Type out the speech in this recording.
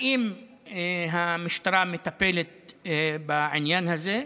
האם המשטרה מטפלת בעניין הזה?